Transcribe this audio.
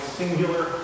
singular